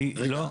לא.